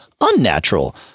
unnatural